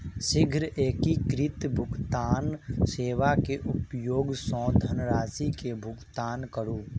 शीघ्र एकीकृत भुगतान सेवा के उपयोग सॅ धनरशि के भुगतान करू